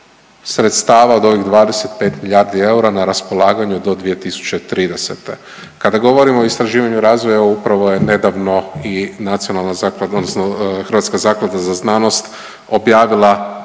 sredstava od ovih 25 milijardi eura na raspolaganju do 2030. Kada govorimo o istraživanju razvoja upravo je nedavno i Hrvatska naklada za znanost objavila natječaj